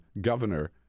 governor